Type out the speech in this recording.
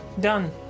Done